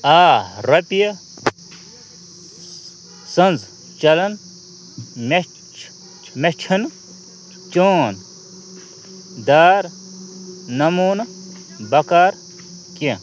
آ رۄپیہِ سٕنٛز چلن مےٚ چھُنہٕ چیٛوٗن دار نموٗنہٕ بکار کیٚنٛہہ